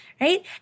right